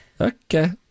Okay